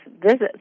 visits